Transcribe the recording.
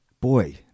boy